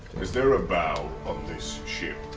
is there a bow on this ship?